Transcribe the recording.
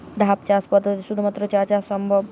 ধাপ চাষ পদ্ধতিতে শুধুমাত্র চা চাষ সম্ভব?